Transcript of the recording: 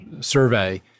Survey